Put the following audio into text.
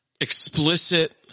explicit